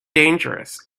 dangerous